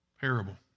parable